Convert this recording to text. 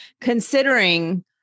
considering